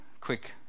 quick